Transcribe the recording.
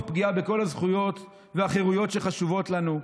פגיעה בכל הזכויות והחירויות שחשובות לנו.